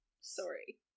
Sorry